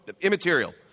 Immaterial